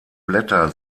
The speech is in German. blätter